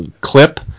clip